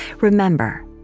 Remember